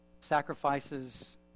sacrifices